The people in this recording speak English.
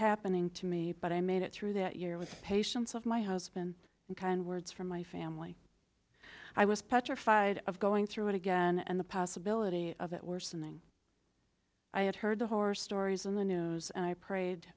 happening to me but i made it through that year with the patience of my husband and kind words from my family i was petrified of going through it again and the possibility of it worsening i had heard the horror stories in the news and i prayed